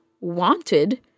wanted